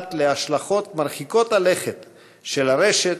הדעת על ההשלכות מרחיקות הלכת של הרשת